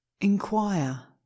Inquire